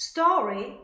Story